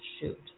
Shoot